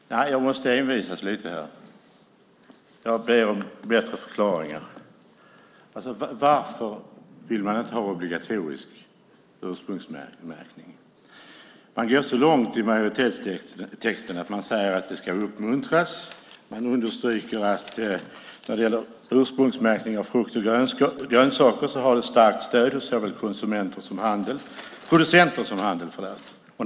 Fru talman! Jag måste envisas lite och be om bättre förklaringar. Varför vill man inte ha obligatorisk ursprungsmärkning? Man går så långt i majoritetstexten att man säger att det ska uppmuntras. Man understryker när det gäller ursprungsmärkning av frukt och grönsaker att det har starkt stöd hos såväl producenter som handel.